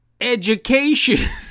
education